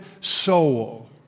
soul